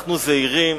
שאנחנו זהירים.